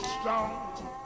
strong